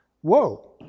Whoa